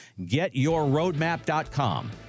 GetYourRoadMap.com